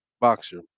boxer